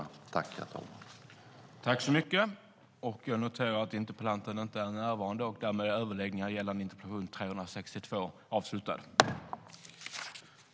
Andre vice talmannen konstaterade att interpellanten inte var närvarande i kammaren och förklarade överläggningen avslutad.